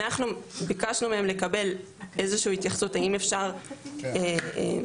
אנחנו ביקשנו מהם לקבל איזושהי התייחסות האם אפשר לעשות